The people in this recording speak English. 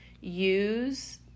use